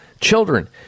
children